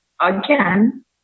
again